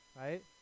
Right